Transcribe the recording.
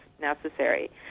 necessary